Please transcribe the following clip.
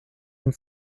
and